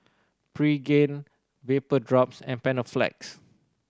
Pregain Vapodrops and Panaflex